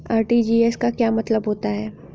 RTGS का क्या मतलब होता है?